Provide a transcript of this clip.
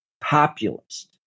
populist